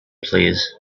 please